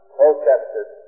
protested